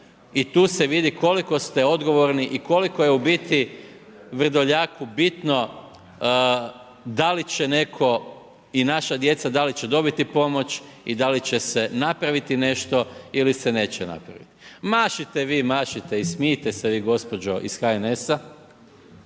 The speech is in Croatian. i tu se vidi koliko ste odgovorni i koliko je u biti Vrdoljaku bitno da li će netko i naša djeca da li će dobiti pomoć i da li će se napraviti nešto ili se neće napraviti. Mašite vi, mašite i smijte se vi gospođo iz HNS-a